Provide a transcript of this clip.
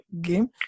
game